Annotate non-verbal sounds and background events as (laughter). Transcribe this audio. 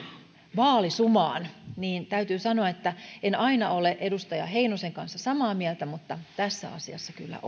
vaalisumaan täytyy sanoa että en aina ole edustaja heinosen kanssa samaa mieltä mutta tässä asiassa kyllä (unintelligible)